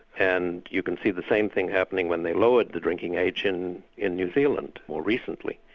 and you can see the same thing happening when they lowered the drinking age in in new zealand more recently,